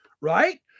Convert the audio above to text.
right